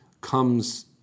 comes